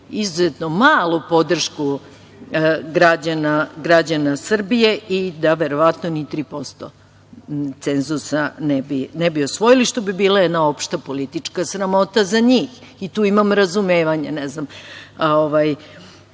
izuzetno malu podršku građana Srbije i da verovatno ni 3% cenzusa ne bi osvojili, što bi bila jedna opšta politička sramota za njih. I tu imam razumevanja. Ne znam kako